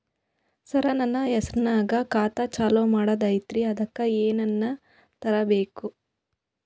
ಸರ, ನನ್ನ ಹೆಸರ್ನಾಗ ಖಾತಾ ಚಾಲು ಮಾಡದೈತ್ರೀ ಅದಕ ಏನನ ತರಬೇಕ?